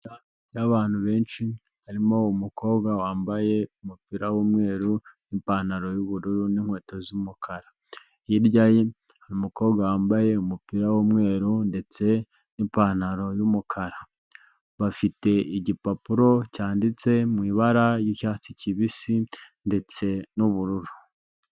Imbaga y'abantu benshi barimo umukobwa wambaye umupira w'umweru n’ipantaro y’ubururu n’inkweto z'umukara, hirya ye hari umukobwa wambaye umupira w'umweru, ndetse n’ipantaro y’umukara bafite igipapuro cyanditse mu ibara ry'icyatsi kibisi ndetse n'ubururu.